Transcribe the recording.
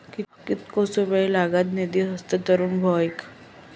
कितकोसो वेळ लागत निधी हस्तांतरण हौक?